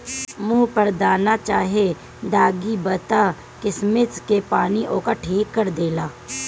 मुहे पर दाना चाहे दागी बा त किशमिश के पानी ओके ठीक कर देला